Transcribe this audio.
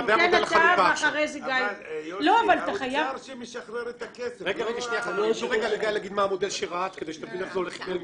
כדי שנבין איך זה הולך להתנהל